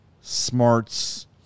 smarts